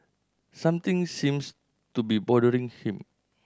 something seems to be bothering him